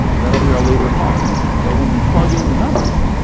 that'll be our labor cost. so when we plug in the numbers,